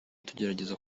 tugerageza